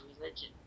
religion